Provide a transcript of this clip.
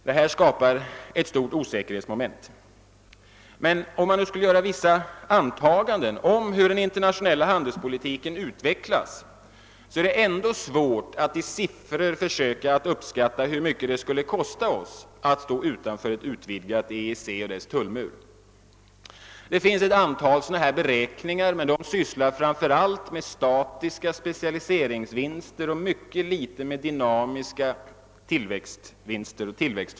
Detta skapar ett stort osäkerhetsmoment. Men även om man gör vissa antaganden om hur den internationella handelspolitiken utvecklas, är det svårt att i siffror uppskatta hur mycket det skulle kosta oss att stå utanför ett ut vidgat EEC och dess tullmur. Det finns ett antal sådana beräkningar, men de sysslar framför allt med statiska specialiseringsvinster och mycket litet med dynamiska tillväxtvinster.